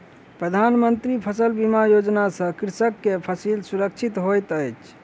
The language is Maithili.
प्रधान मंत्री फसल बीमा योजना सॅ कृषक के फसिल सुरक्षित होइत अछि